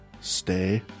stay